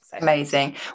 Amazing